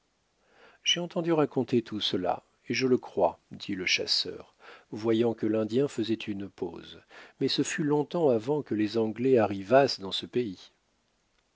j'ai entendu raconter tout cela et je le crois dit le chasseur voyant que l'indien faisait une pause mais ce fut longtemps avant que les anglais arrivassent dans ce pays